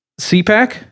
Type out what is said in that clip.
cpac